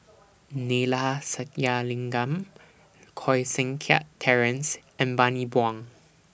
Neila Sathyalingam Koh Seng Kiat Terence and Bani Buang